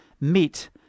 meet